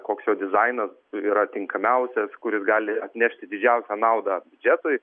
koks jo dizainas yra tinkamiausias kuris gali atnešti didžiausią naudą biudžetui